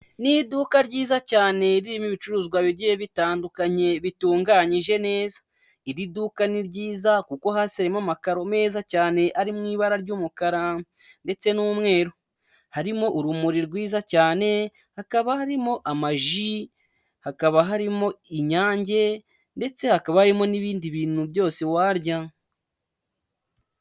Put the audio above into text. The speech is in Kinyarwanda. Ni iduka ryiza cyane ririmo ibicuruzwa bigiye bitandukanye bitunganyije neza, iri duka ni ryiza kuko hasi harimo amakaro meza cyane ari mu ibara ry'umukara ndetse n'umweru, harimo urumuri rwiza cyane, hakaba harimo amaji, hakaba harimo Inyange, ndetse hakaba harimo n'ibindi bintu byose warya.